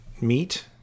meet